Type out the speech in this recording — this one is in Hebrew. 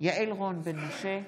יעל רון בן משה,